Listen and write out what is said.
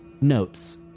Notes